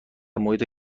محیط